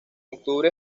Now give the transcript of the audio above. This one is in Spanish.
octubre